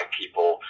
people